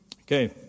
Okay